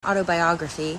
autobiography